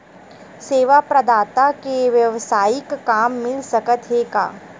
सेवा प्रदाता के वेवसायिक काम मिल सकत हे का?